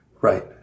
right